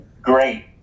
great